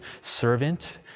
servant